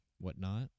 whatnot